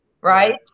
right